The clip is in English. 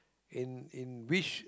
in in which